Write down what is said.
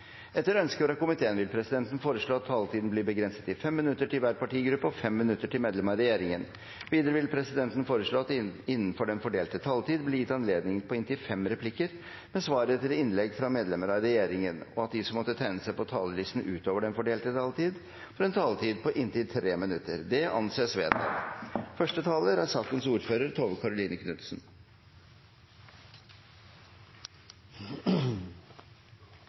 Etter ønske fra helse- og omsorgskomiteen vil presidenten foreslå at taletiden blir begrenset til 5 minutter til hver partigruppe og 5 minutter til medlem av regjeringen. Videre vil presidenten foreslå at det blir gitt anledning til replikkordskifte på inntil fem replikker med svar etter innlegg fra medlemmer av regjeringen innenfor den fordelte taletid, og at de som måtte tegne seg på talerlisten utover den fordelte taletid, får en taletid på inntil 3 minutter. – Det anses vedtatt. Representantene Toppe, Lundteigen og Sjelmo Nordås reiser et representantforslag der hovedintensjonen er